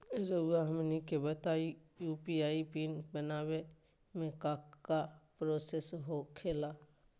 रहुआ हमनी के बताएं यू.पी.आई पिन बनाने में काका प्रोसेस हो खेला?